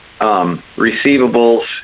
receivables